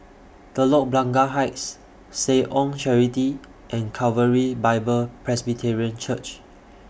Telok Blangah Heights Seh Ong Charity and Calvary Bible Presbyterian Church